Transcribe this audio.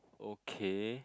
okay